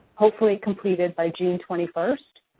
hopefully completed by june twenty first.